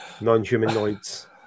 non-humanoids